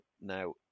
now